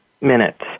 minutes